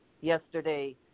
yesterday